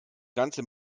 ganze